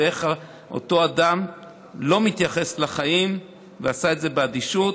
ואיך אותו אדם לא מתייחס לחיים ועשה את זה באדישות.